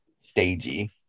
stagey